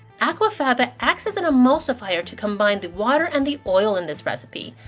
aquafaba acts as an emulsifier to combine the water and the oil in this recipe.